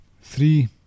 Three